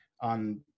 on